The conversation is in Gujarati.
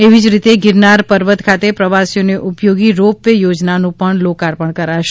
એવી જ રીતે ગીરનાર પર્વત ખાતે પ્રવાસીઓને ઉપયોગી રોપ વે યોજનાનું લોકાર્પણ કરાશે